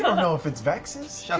ah know if it's vex's.